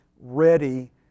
ready